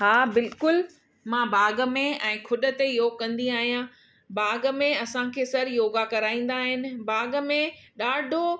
हा बिल्कुलु मां बाग़ में ऐं खुॾ ते योग कंदी आहियां बाग़ में असांखे सर योगा कराईंदा आहिनि बाग़ में ॾाढो